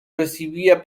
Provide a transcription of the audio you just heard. recibía